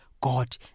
God